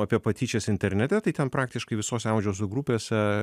apie patyčias internete tai ten praktiškai visose amžiaus grupėse